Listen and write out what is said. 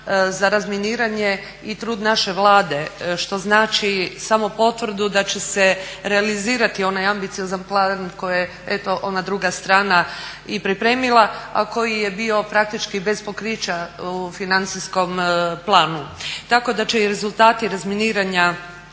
za razminiranje i trud naše Vlade što znači samo potvrdu da će se realizirati onaj ambiciozan plan koji je eto ona druga strana i pripremila, a koji je bio praktički bez pokrića u financijskom planu tako da će i rezultati razminiranja